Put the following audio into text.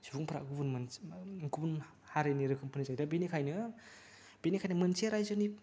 सुबुंफोरा गुबुन मोनसे गुबुन हारिनि रोखोमफोरनि जायो बेनिखायनो बेनिखायनो मोनसे राइजोनि